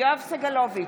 יואב סגלוביץ'